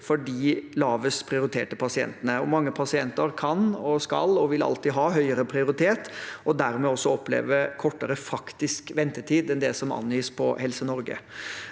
for de lavest prioriterte pasientene. Mange pasienter kan og skal og vil alltid ha høyere prioritet og dermed også oppleve kortere faktisk ventetid enn det som angis på helsenorge.no.